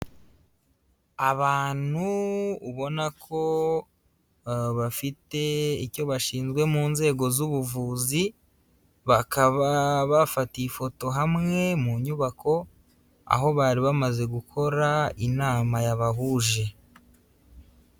Abantu ubona ko bafite icyo bashinzwe mu nzego z'ubuvuzi, bakaba bafatiye ifoto hamwe mu nyubako, aho bari bamaze gukora inama yabahuje.